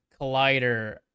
Collider